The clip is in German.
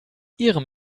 ihrem